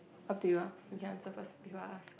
up to you lah okay I answer first before I ask